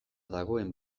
dagoen